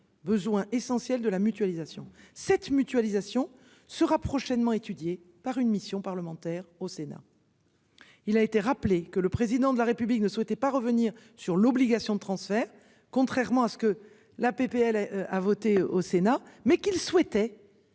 besoins essentiels de la mutualisation cette mutualisation sera prochainement étudiée par une mission parlementaire au Sénat. Il a été rappelé que le président de la République ne souhaitait pas revenir sur l'obligation de transfert. Contrairement à ce que la PPL elle a voté au Sénat mais qu'il souhaitait